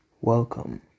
Welcome